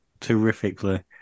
terrifically